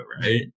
right